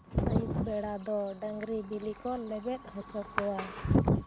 ᱟᱹᱭᱩᱵᱽ ᱵᱮᱲᱟ ᱫᱚ ᱰᱟᱹᱝᱨᱤ ᱵᱤᱞᱤ ᱠᱚ ᱞᱮᱵᱮᱫᱽ ᱦᱚᱪᱚ ᱠᱚᱣᱟ